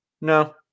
no